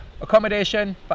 Accommodation